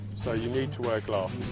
so you need to wear glasses.